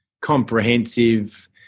comprehensive